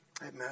Amen